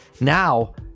now